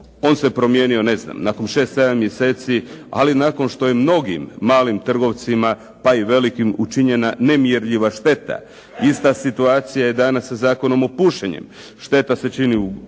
On se promijenio ne znam nakon šest, sedam mjeseci. Ali nakon što je mnogim malim trgovcima pa i velikim učinjena nemjerljiva šteta. Ista situacija je danas Zakonom o pušenjem. Šteta se čini